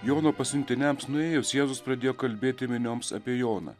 jono pasiuntiniams nuėjus jėzus pradėjo kalbėti minioms apie joną